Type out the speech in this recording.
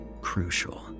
crucial